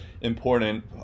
important